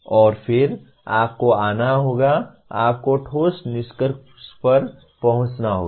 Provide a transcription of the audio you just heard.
और फिर आपको आना होगा आपको ठोस निष्कर्ष पर पहुंचना होगा